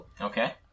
Okay